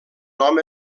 nom